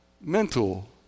mental